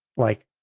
like,